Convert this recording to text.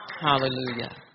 Hallelujah